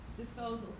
disposal